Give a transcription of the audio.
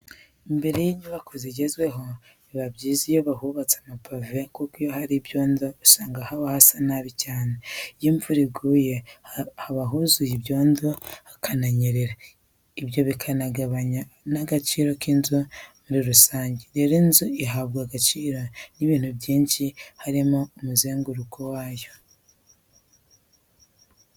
Imbere y'inyubako zigezweho biba byiza iyo bahubatse amapave kuko iyo hari ibyondo usanga haba hasa nabi cyane. Iyo imvura yaguye haba huzuye ibyondo hakananyerera, ibyo binagabanya n'agaciro k'inzu muri rusange. Rero inzu ihabwa agaciro n'ibintu byinshi harimo n'umuzenguruko wayo.